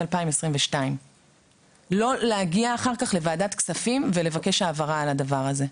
2022. לא להגיע אחר כך לוועדת כספים ולבקש העברה על הדבר הזה.